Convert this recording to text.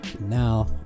now